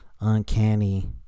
uncanny